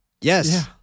Yes